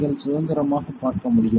நீங்கள் சுதந்திரமாக பார்க்க முடியும்